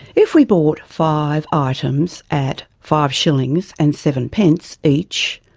if we bought five ah items at five shillings and seven pence each,